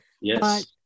yes